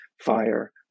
fire